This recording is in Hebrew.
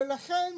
לכן